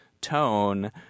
tone